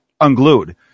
unglued